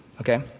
okay